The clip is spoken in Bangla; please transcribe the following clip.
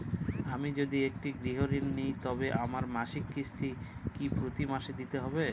আমি যদি একটি গৃহঋণ নিই তবে আমার মাসিক কিস্তি কি প্রতি মাসে দিতে হবে?